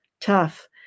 Tough